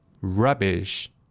rubbish